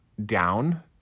down